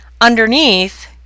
underneath